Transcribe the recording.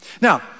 Now